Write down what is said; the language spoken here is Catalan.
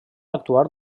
actuar